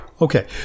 Okay